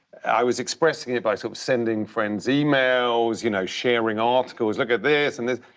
i was expressing it by sort of sending friends emails, you know, sharing articles, look at this and this.